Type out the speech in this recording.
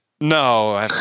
No